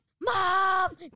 Mom